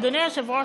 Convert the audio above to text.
אדוני היושב-ראש,